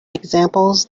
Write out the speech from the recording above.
examples